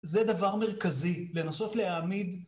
זה דבר מרכזי, לנסות להעמיד...